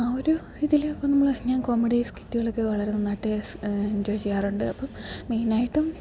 ആ ഒരു ഇതിൽ അപ്പം നമ്മൾ ഞാൻ കോമഡി സ്കിറ്റുകളൊക്കെ വളരെ നന്നായിട്ട് സ് എൻജോയ് ചെയ്യാറുണ്ട് അപ്പം മെയിനായിട്ടും